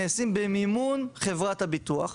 נעשים במימון חברת הביטוח,